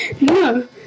No